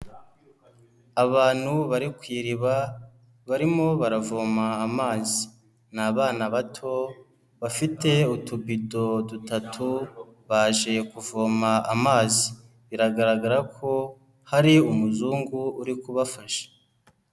Abantu bari ku iriba barimo baravoma amazi, ni abana bato bafite utubido dutatu baje kuvoma amazi, biragaragara ko hari umuzungu uri kubafasha.